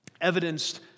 evidenced